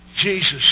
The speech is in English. Jesus